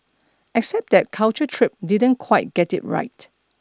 except that culture trip didn't quite get it right